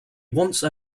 once